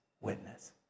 witness